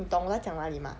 你懂我在讲哪里吗